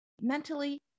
mentally